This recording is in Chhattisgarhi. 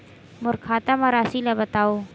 मोर खाता म राशि ल बताओ?